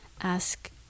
ask